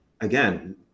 again